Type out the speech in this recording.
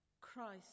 Christ